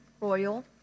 Royal